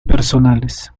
personales